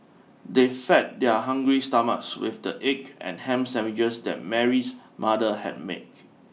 they fed their hungry stomachs with the egg and ham sandwiches that Mary's mother had make